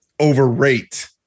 Overrate